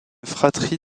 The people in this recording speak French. fratrie